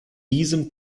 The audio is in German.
diesem